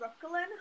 Brooklyn